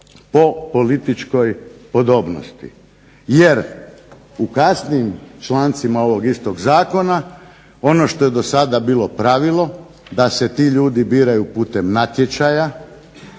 po političkoj podobnosti. Jer u kasnijim člancima ovog istog Zakona ono što je do sada bilo pravilo da se ti ljudi biraju putem natječaja,